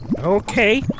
Okay